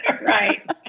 Right